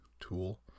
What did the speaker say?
tool